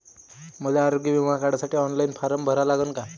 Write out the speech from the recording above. मले आरोग्य बिमा काढासाठी ऑनलाईन फारम भरा लागन का?